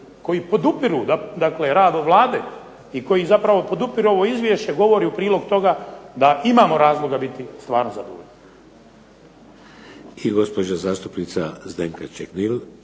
koji podupiru rad Vlade i koji podupiru ovo Izvješće govori u prilog toga da imamo razloga biti stvarno zadovoljni.